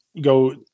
go